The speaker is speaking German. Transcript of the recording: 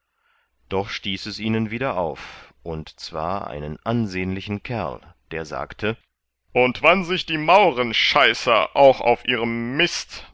doch stieß es ihnen wieder auf und zwar einen ansehnlichen kerl der sagte und wann sich die maurenscheißer auch auf ihrem mist